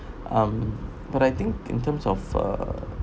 um but I think in terms of uh